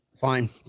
Fine